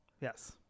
yes